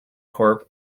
corp